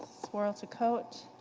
swirl to coat.